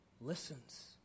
listens